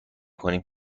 کنیم